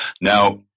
Now